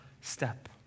step